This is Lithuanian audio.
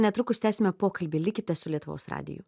netrukus tęsime pokalbį likite su lietuvos radiju